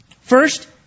First